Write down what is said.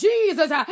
Jesus